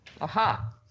Aha